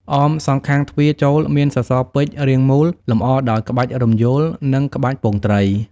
អមសងខាងទ្វារចូល មាន សសរពេជ្ររាងមូល លម្អដោយ ក្បាច់រំយោល និង ក្បាច់ពងត្រី។